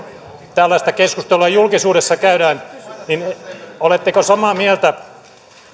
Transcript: tällaista keskustelua julkisuudessa käydään niin oletteko samaa mieltä